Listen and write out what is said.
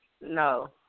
No